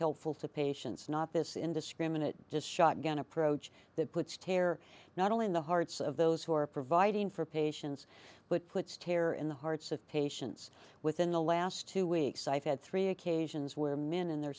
helpful to patients not this indiscriminate just shotgun approach that puts terror not only in the hearts of those who are providing for patients but puts terror in the hearts of patients within the last two weeks i've had three occasions where men in their